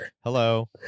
Hello